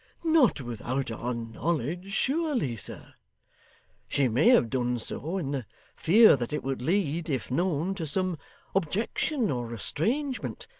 not without our knowledge surely, sir she may have done so, in the fear that it would lead, if known, to some objection or estrangement.